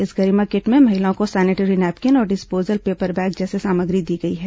इस गरिमा किट में महिलाओं को सेनेटरी नैपकिन और डिस्पोजल पेपर बैग जैसी सामग्री दी गई है